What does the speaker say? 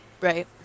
Right